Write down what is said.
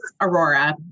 Aurora